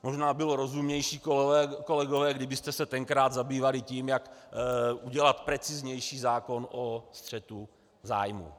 Možná by bylo rozumnější, kolegové, kdybyste se tenkrát zabývali tím, jak udělat preciznější zákon o střetu zájmů.